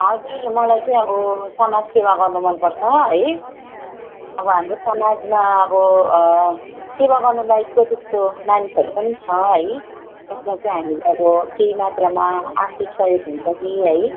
हजुर मलाई चाहिँ अब समाज सेवा गर्नु मन पर्छ है अब हाम्रो समाजमा अब सेवा गर्नु लायकको त्यस्तो मानिसहरू पनि छ है जसलाई चाहिँ हामी अब केही मात्रमा आर्थिक सहयोग हुन्छ कि है